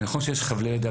זה נכון שיש חבלי לידה.